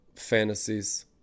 fantasies